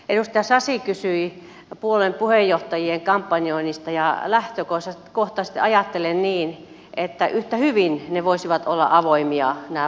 edustaja sasi kysyi puolueen puheenjohtajien kampanjoinnista ja lähtökohtaisesti ajattelen niin että yhtä hyvin ne voisivat olla avoimia nämä budjetoinnit